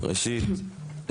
ראשית,